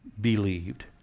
believed